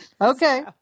Okay